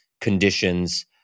conditions